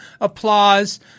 Applause